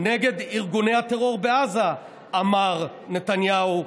נגד ארגוני הטרור בעזה", אמר נתניהו,